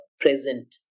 present